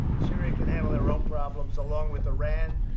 syria can handle their own problems along with iran,